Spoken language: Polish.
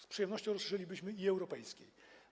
Z przyjemnością usłyszelibyśmy: i europejskiej.